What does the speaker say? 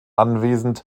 anwesend